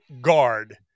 guard